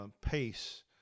pace